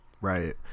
Right